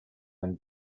when